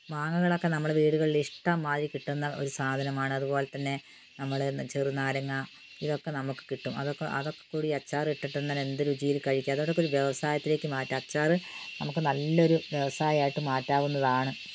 മാങ്ങകൾ ഒക്കെ നമ്മുടെ വീടുകളിൽ ഇഷ്ടം മാതിരി കിട്ടുന്ന ഒരു സാധനമാണ് അതുപോലെ തന്നെ നമ്മൾ ചെറുനാരങ്ങ ഇതൊക്കെ നമുക്ക് കിട്ടും അതൊക്കെക്കൂടി അച്ചാറിട്ടിട്ട് ഇട്ടിട്ട് എന്ത് രുചിയിൽ കഴിക്കാം അതോടൊപ്പം ഒരു വ്യവസയത്തിലേക്ക് മാറ്റാം അച്ചാർ നമുക്ക് നല്ലൊരു വ്യവസായമായിട്ട് മാറ്റാവുന്നതാണ്